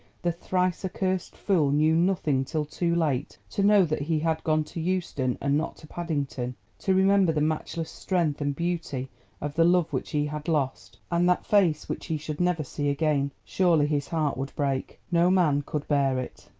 the thrice accursed fool, knew nothing till too late to know that he had gone to euston and not to paddington to remember the matchless strength and beauty of the love which he had lost, and that face which he should never see again! surely his heart would break. no man could bear it!